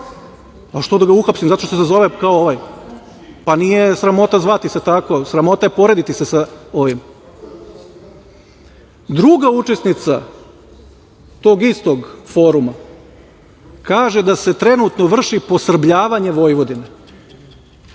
zašto da ga uhapsim, zato što se zovem kao ovaj. Pa, nije sramota zvati se tako, ali je sramota porediti se sa ovim. Druga učesnica tog istog foruma, kaže da se trenutno vrši posrbljavanje Vojvodine.